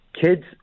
kids